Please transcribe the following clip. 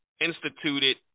instituted